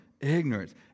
ignorance